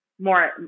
more